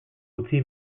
utzi